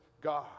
God